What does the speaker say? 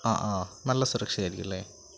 ആ ആ നല്ല സുരക്ഷയായിരിക്കും അല്ലേ